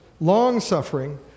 long-suffering